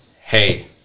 hey